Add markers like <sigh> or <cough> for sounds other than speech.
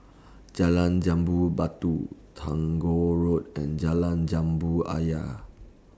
Jalan Jambu Batu <unintelligible> Road and Jalan Jambu Ayer